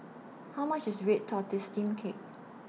How much IS Red Tortoise Steamed Cake